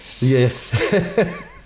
Yes